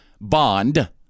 bond